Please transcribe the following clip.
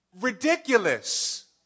Ridiculous